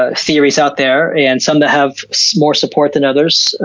ah theories out there, and some that have so more support than others,